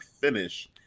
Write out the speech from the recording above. finish